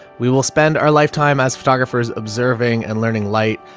we will spend our lifetime as photographers observing and learning light,